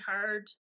hard